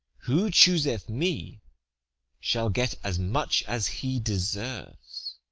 who chooseth me shall get as much as he deserves